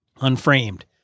Unframed